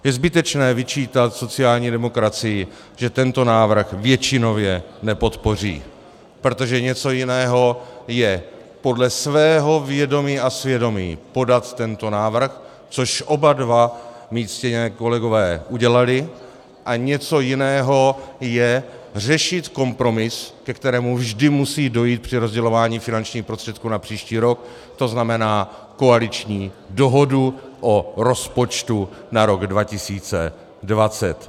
Je zbytečné vyčítat sociální demokracii, že tento návrh většinově nepodpoří, protože něco jiného je podle svého vědomí a svědomí podat tento návrh, což oba dva moji ctění kolegové udělali, a něco jiného je řešit kompromis, ke kterému vždy musí dojít při rozdělování finančních prostředků na příští rok, to znamená koaliční dohodu o rozpočtu na rok 2020.